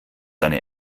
eine